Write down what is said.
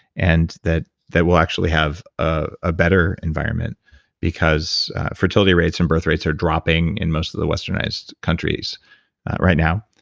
and that that we'll actually have a better environment because fertility rates and birth rates are dropping in most of the westernized countries right now.